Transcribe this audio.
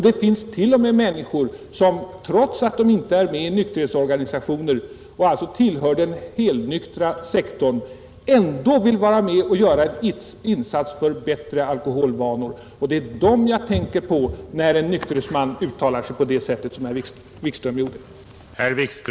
Det finns t.o.m. människor som trots att de inte är med i nykterhetsorganisationer och alltså inte tillhör den helnyktra sektorn, ändå vill vara med om att göra en insats för bättre alkoholvanor. Det är dem jag tänker på när en nykterhetsman som herr Wikström uttalar sig som han gör.